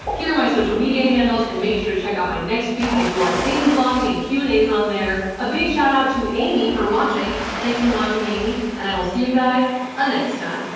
here are my social media handles and make sure to check out my nextbeat i do a lot of daily vlogging and q and as on there. a big shoutout to amy for watching, thanks for watching amy. and i will see you guys a-next time.